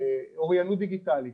אוריינות דיגיטלית,